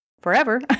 forever